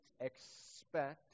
expect